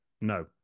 no